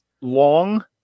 long